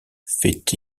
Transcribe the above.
feit